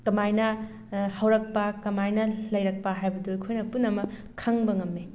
ꯀꯃꯥꯏꯅ ꯍꯧꯔꯛꯄ ꯀꯃꯥꯏꯅ ꯂꯩꯔꯛꯄ ꯍꯥꯏꯕꯗꯨ ꯑꯩꯈꯣꯏꯅ ꯄꯨꯝꯅꯃꯛ ꯈꯪꯕ ꯉꯝꯃꯤ